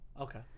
Okay